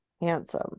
handsome